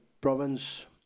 province